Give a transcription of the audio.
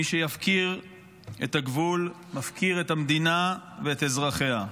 מי שיפקיר את הגבול, מפקיר את המדינה ואת אזרחיה.